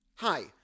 Hi